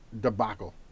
debacle